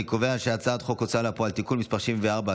אני קובע שהצעת חוק ההוצאה לפועל (תיקון מס' 74),